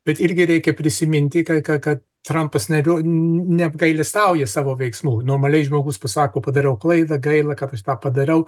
bet irgi reikia prisiminti kad trampas neapgailestauja savo veiksmų normaliai žmogus pasako padariau klaidą gaila kad aš tą padariau